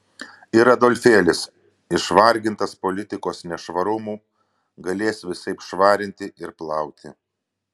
ir adolfėlis išvargintas politikos nešvarumų galės visaip švarinti ir plauti